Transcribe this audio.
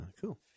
cool